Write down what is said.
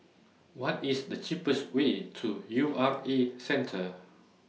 What IS The cheapest Way to U R A Centre